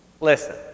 listen